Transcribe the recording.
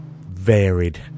varied